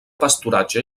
pasturatge